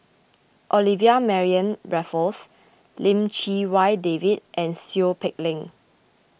Olivia Mariamne Raffles Lim Chee Wai David and Seow Peck Leng